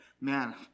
man